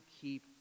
keep